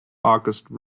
auguste